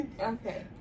okay